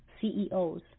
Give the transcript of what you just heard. CEOs